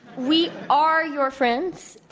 we are your friends.